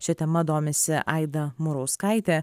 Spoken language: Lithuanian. šia tema domisi aida murauskaitė